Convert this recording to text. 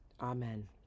amen